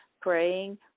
praying